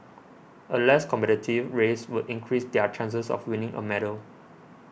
a less competitive race would increase their chances of winning a medal